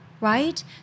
right